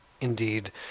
Indeed